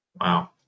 Wow